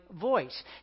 voice